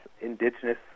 indigenous